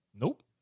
Nope